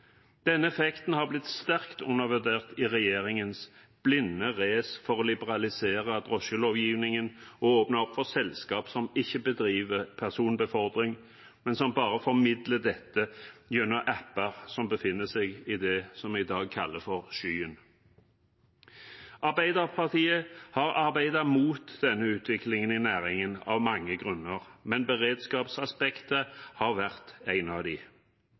effekten har blitt sterkt undervurdert i regjeringens blinde race for å liberalisere drosjelovgivningen og åpne for selskaper som ikke bedriver personbefordring, men som bare formidler dette gjennom app-er som befinner seg i det vi i dag kaller skyen. Arbeiderpartiet har arbeidet mot denne utviklingen i næringen av mange grunner, men beredskapsaspektet har vært en av